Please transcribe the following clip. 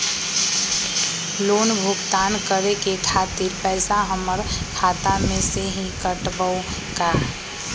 Loan भुगतान करे के खातिर पैसा हमर खाता में से ही काटबहु का?